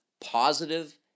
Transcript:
positive